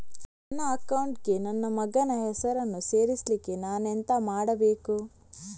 ನನ್ನ ಅಕೌಂಟ್ ಗೆ ನನ್ನ ಮಗನ ಹೆಸರನ್ನು ಸೇರಿಸ್ಲಿಕ್ಕೆ ನಾನೆಂತ ಮಾಡಬೇಕು?